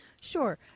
Sure